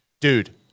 dude